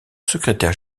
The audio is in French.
secrétaire